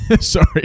Sorry